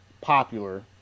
popular